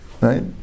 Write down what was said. Right